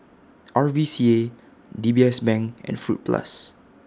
R V C A D B S Bank and Fruit Plus